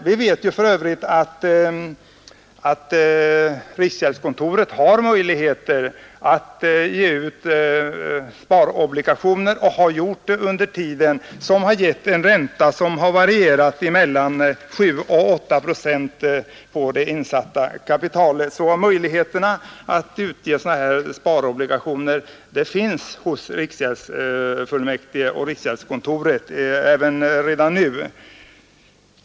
Vi vet för övrigt att riksgäldskontoret har möjlighet att ge ut sparobligationer — och har gjort det — vilka gett en ränta som varierat mellan 7 och 8 procent på det insatta kapitalet. Möjlighet att utge sådana sparobligationer finns redan nu hos riksgäldsfullmäktige och riksgäldskontoret.